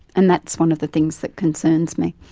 and that's one of the things that concerns me.